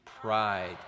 pride